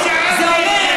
אני שאלתי את זה.